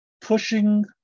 pushing